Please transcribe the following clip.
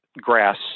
grass